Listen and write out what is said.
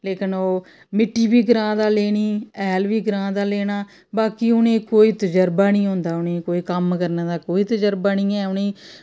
लेकिन ओह् मिट्टी बी ग्रांऽ दा लेनी ऐह्ल बी ग्रांऽ दा लेना बाकी उ'नें गी कोई तजर्बा निं होंदा उ'नें गी कम्म करने दा कोई तजर्बा निं ऐ उ'नें गी